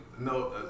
No